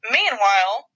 Meanwhile